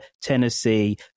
Tennessee